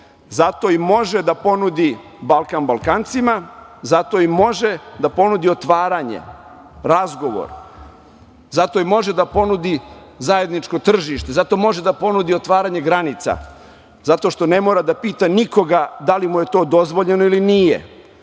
Zato i može da ponudi Balkan Balkancima, zato i može da ponudi otvaranje, razgovor, zato i može da ponudi zajedničko tržište, zato može da ponudi otvaranje granica. Zato što ne mora da pita nikoga da li mu je to dozvoljeno ili nije,